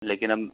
लेकिन हम